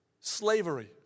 Slavery